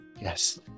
Yes